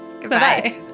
Goodbye